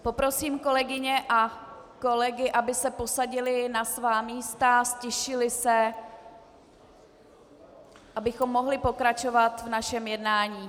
Poprosím kolegyně a kolegy, aby se posadili na svá místa, ztišili se, abychom mohli pokračovat v našem jednání.